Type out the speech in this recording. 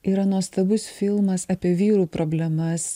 yra nuostabus filmas apie vyrų problemas